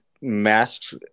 Masks